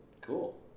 Cool